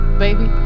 baby